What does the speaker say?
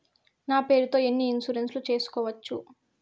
నా పేరుతో ఎన్ని ఇన్సూరెన్సులు సేసుకోవచ్చు?